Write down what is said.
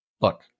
look